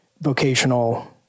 Vocational